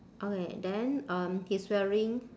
okay then um he's wearing